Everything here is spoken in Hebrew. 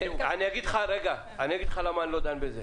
אני אגיד לך למה אני לא דן בזה